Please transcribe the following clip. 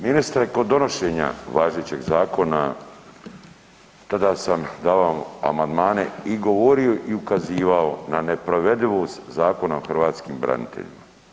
Ministre, kod donošenja važećeg zakona, tada sam davao amandmane i govorio i ukazivao na neprovedivost Zakona o hrvatskim braniteljima.